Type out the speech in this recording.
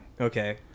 Okay